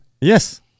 Yes